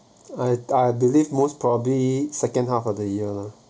I I believe most probably second half of the year lah